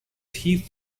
teeth